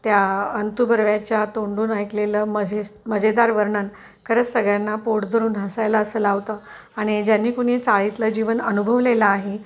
त्या अंतू बर्व्याच्या तोंडून ऐकलेलं मझेस मजेदार वर्णन खरंच सगळ्यांना पोट धरून हसायला असं लावतं आणि ज्यांनी कुणी चाळीतलं जीवन अनुभवलेलं आहे